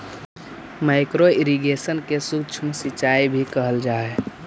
micro irrigation के सूक्ष्म सिंचाई भी कहल जा हइ